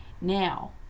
Now